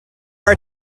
are